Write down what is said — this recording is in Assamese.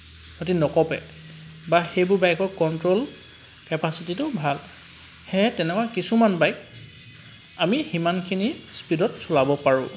সিহঁতি নকঁপে বা সেইবোৰ বাইকৰ কণ্ট্ৰল কেপাচিটিটো ভাল সেয়েহে তেনেকুৱা কিছুমান বাইক আমি সিমানখিনি স্পীডত চলাব পাৰোঁ